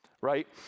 right